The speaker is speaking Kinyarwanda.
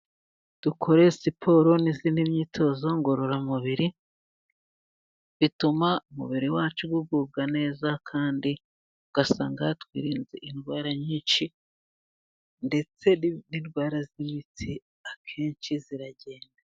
Dukore siporo n'indi myitozo ngororamubiri bituma umubiri wacu ugubwa neza, kandi ugasanga twirinze indwara nyinshi ndetse n'indwara z'imitsi akenshi ziragenda.